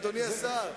אדוני השר.